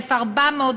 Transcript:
1,400,